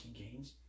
games